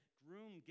groom